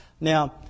Now